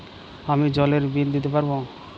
আমি জলের বিল দিতে পারবো?